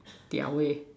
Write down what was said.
their way